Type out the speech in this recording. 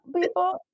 people